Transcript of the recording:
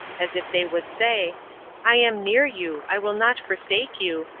as if they would say i am near you, i will not forsake you,